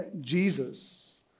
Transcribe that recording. Jesus